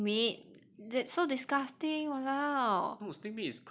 snake meat that so disgusting !walao!